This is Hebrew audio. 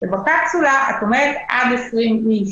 ובקפסולה את עומדת עד 20 איש